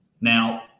Now